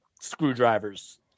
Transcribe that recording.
screwdrivers